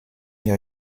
your